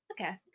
Okay